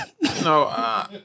no